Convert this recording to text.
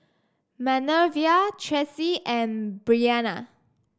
Manervia Traci and Bryanna